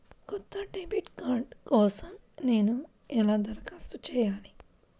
కొత్త debit card కోసం నేను ఎలా దరఖాస్తు చేయాలి?